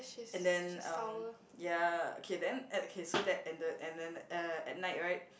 and then um ya okay then at okay so that ended and then uh at night right